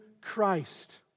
Christ